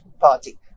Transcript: party